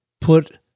put